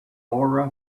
laura